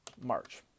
March